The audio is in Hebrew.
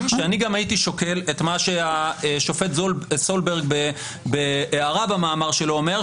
שאני גם הייתי שוקל את מה שהשופט סולברג בהערה במאמר שלו אומר,